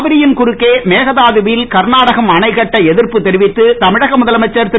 காவிரியின் குறுக்கே மேகதாதுவில் கர்நாடகம் அணை கட்ட எதிர்ப்பு தெரிவித்து தமிழக முதலமைச்சர் திரு